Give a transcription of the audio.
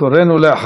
ואחריה,